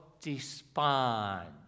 despond